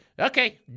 okay